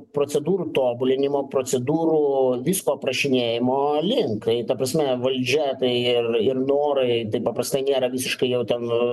procedūrų tobulinimo procedūrų visko aprašinėjimo link tai ta prasme valdžia tai ir ir norai taip paprastai nėra visiškai jau ten